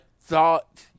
thought